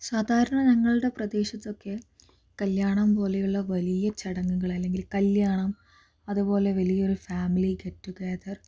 സാധാരണ ഞങ്ങളുടെ പ്രദേശത്തൊക്കെ കല്യാണം പോലെയുള്ള വലിയ ചടങ്ങുകള് അല്ലെങ്കിൽ കല്യാണം അതുപോലെ വലിയൊരു ഫാമിലി ഗെറ്റുഗേദർ